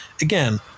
again